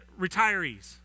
retirees